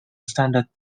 standard